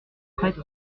prêtre